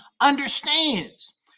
understands